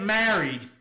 married